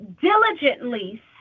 diligently